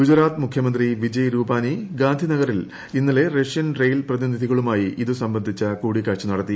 ഗുജറാത്ത് മുഖ്യമന്ത്രി വിജയ് രുപാനി ഗാന്ധി നഗറിൽ ഇന്നലെ റഷ്യൻ റെയിൽ പ്രതിനിധികളുമായി ഇതു സംബന്ധിച്ച കൂടിക്കാഴ്ച നടത്തി